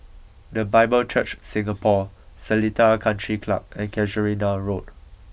the Bible Church Singapore Seletar Country Club and Casuarina Road